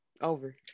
Over